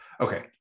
Okay